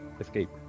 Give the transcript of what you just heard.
escape